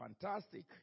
fantastic